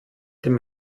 dem